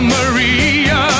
Maria